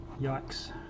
Yikes